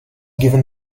given